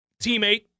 teammate